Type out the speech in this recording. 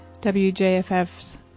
WJFF's